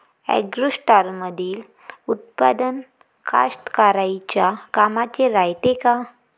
ॲग्रोस्टारमंदील उत्पादन कास्तकाराइच्या कामाचे रायते का?